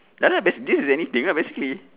ya lah bas~ this is anything lah basically